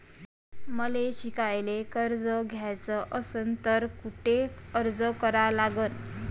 मले शिकायले कर्ज घ्याच असन तर कुठ अर्ज करा लागन?